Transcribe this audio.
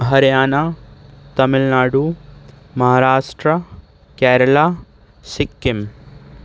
Haryana Tamil Nadu Maharashtra Kerala Sikkim